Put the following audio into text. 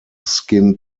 skin